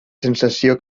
sensació